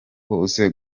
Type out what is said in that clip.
bose